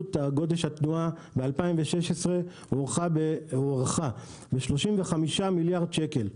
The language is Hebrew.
עלות גודש התנועה ב-2016 הוערכה ב-35 מיליארד שקל.